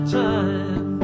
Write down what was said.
time